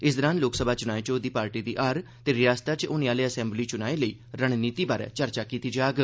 इस दौरान लोकसभा चुनाएं च होई दी पार्टी दी हार ते रिआसता च होने आहली असैम्बली चुनाएं लेई रणनीति बारै चर्चा कीती जाग